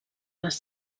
les